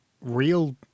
real